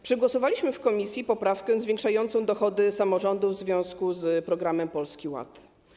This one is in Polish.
Przegłosowaliśmy w komisji poprawkę zwiększającą dochody samorządu w związku z programem Polski Ład.